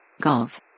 Golf